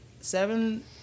seven